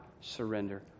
surrender